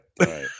right